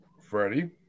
Freddie